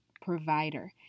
provider